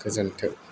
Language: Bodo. गोजोन्थों